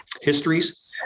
histories